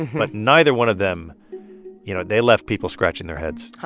but neither one of them you know, they left people scratching their heads.